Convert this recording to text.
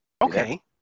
Okay